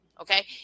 Okay